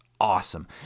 awesome